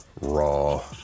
raw